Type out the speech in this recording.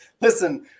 listen